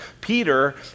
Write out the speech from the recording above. Peter